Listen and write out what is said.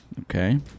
Okay